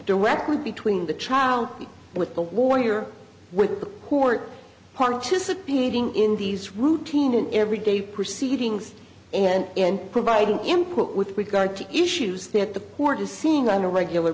directly between the child with the warrior with the court participating in these routine everyday proceedings and in providing input with regard to issues that the poor to seeing on a regular